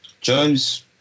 Jones